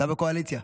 אתה בקואליציה.